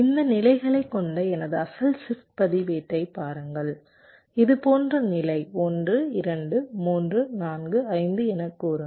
இந்த நிலைகளைக் கொண்ட எனது அசல் ஷிப்ட் பதிவேட்டைப் பாருங்கள் இது போன்ற நிலை 1 2 3 4 5 எனக் கூறுங்கள்